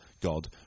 God